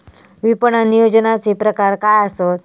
विपणन नियोजनाचे प्रकार काय आसत?